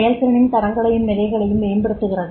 செயல்திறனின் தரங்களையும் நிலைகளையும் மேம்படுத்துகிறது